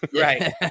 Right